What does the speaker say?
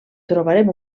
trobarem